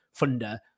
funder